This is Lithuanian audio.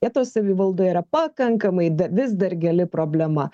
vietos savivaldoj yra pakankamai da vis dar gili problema